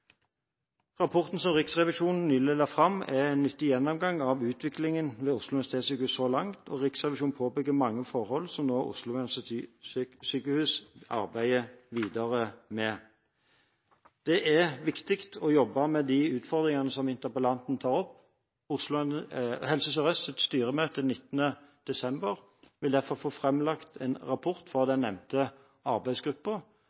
Rapporten som Riksrevisjonen nylig la fram, er en nyttig gjennomgang av omstillingen ved Oslo universitetssykehus så langt. Riksrevisjonen påpeker mange forhold som Oslo universitetssykehus nå arbeider videre med. Det er viktig å jobbe med de utfordringene som interpellanten tar opp. På Helse Sør-Østs styremøte 19. desember vil det derfor bli framlagt en rapport fra